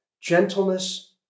gentleness